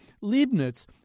Leibniz